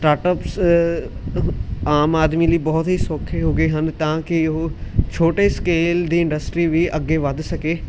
startups ਆਮ ਆਦਮੀ ਲਈ ਬਹੁਤ ਹੀ ਸੌਖੇ ਹੋ ਗਏ ਹਨ ਤਾਂ ਕਿ ਉਹ ਛੋਟੇ ਸਕੇਲ ਦੀ ਇੰਡਸਟਰੀ ਵੀ ਅੱਗੇ ਵੱਧ ਸਕੇ